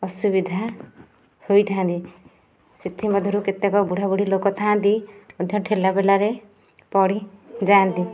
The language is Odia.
ଅସୁବିଧା ହୋଇଥା'ନ୍ତି ସେଥିମଧ୍ୟରୁ କେତେକ ବୁଢ଼ାବୁଢ଼ୀ ଲୋକ ଥା'ନ୍ତି ମଧ୍ୟ ଠେଲା ପେଲାରେ ପଡ଼ିଯା'ନ୍ତି